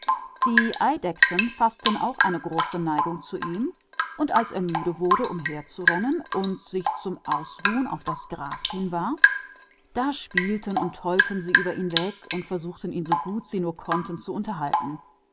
die eidechsen faßten auch eine große vorliebe für ihn und als er müde war umherzulaufen und sich ins gras warf um zu ruhen da spielten und balgten sie sich auf ihm herum und versuchten ihn so gut wie sie konnten zu unterhalten